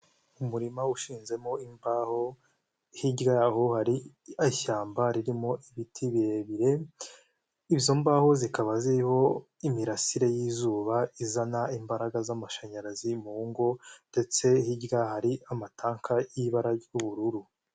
Umurima ushinzemo imbaho, hirya yaho hari ishyamba ririmo ibiti birebire, izo mbaho zikaba ziriho imirasire y'izuba izana imbaraga z'amashanyarazi mu ngo ndetse hirya hari amatanka y'ibara ry'ubururu.